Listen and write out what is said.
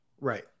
Right